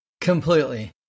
Completely